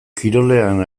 kirolean